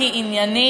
כי היא עניינית,